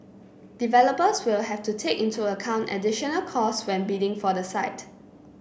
developers will have to take into account additional costs when bidding for the site